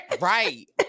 right